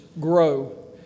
grow